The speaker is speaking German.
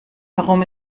warum